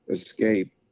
Escape